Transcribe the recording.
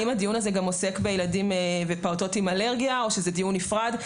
האם הדיון הזה גם עוסק בפעוטות עם אלרגיה או שזה דיון נפרד?